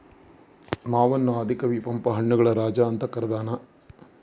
ಮಾವನ್ನು ಆದಿ ಕವಿ ಪಂಪ ಹಣ್ಣುಗಳ ರಾಜ ಅಂತ ಕರದಾನ